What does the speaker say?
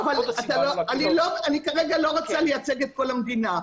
אני כרגע לא רוצה לייצג את כל המדינה.